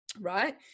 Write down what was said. right